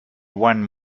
won